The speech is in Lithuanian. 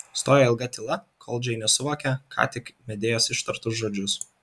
stojo ilga tyla kol džeinė suvokė ką tik medėjos ištartus žodžius